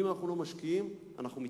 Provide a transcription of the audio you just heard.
אם אנחנו לא משקיעים, אנחנו מתרסקים,